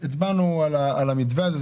הצבענו על המתווה הזה,